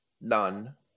None